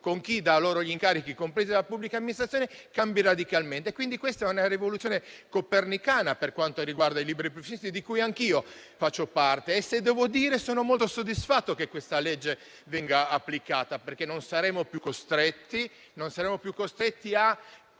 e chi dà loro gli incarichi, compresa la pubblica amministrazione, cambino radicalmente. Questa è una rivoluzione copernicana per quanto riguarda i liberi professionisti, di cui anch'io faccio parte, e devo dirmi molto soddisfatto che questo provvedimento venga approvato, perché non saremo più costretti a